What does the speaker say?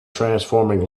transforming